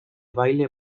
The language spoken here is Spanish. baile